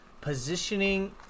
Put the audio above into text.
positioning